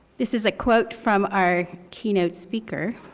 this is a quote from our keynote speaker,